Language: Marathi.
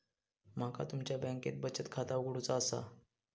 माका तुमच्या बँकेत बचत खाता उघडूचा असा?